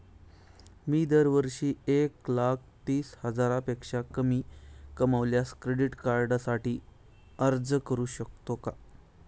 मी दरवर्षी एक लाख तीस हजारापेक्षा कमी कमावल्यास क्रेडिट कार्डसाठी अर्ज करू शकतो का?